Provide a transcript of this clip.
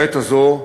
בעת הזאת,